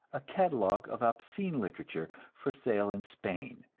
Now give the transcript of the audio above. a catalogue of obscene literature, for sale in spain,